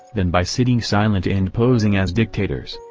than by sitting silent and posing as dictators,